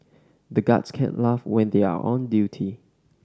the guards can't laugh when they are on duty